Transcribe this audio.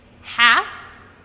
half